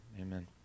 Amen